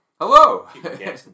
Hello